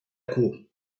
curt